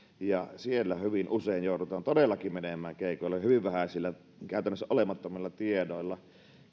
siellä hyvin usein joudutaan todellakin menemään keikoille hyvin vähäisillä käytännössä olemattomilla tiedoilla